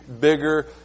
bigger